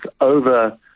over